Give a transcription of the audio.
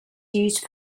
used